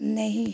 नहीं